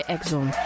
Exxon